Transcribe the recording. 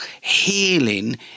healing